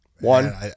One